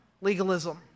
legalism